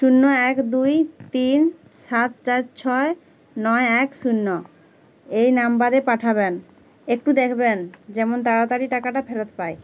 শূন্য এক দুই তিন সাত চার ছয় নয় এক শূন্য এই নাম্বারে পাঠাবেন একটু দেখবেন যেন তাড়াতাড়ি টাকাটা ফেরত পায়